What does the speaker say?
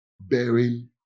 bearing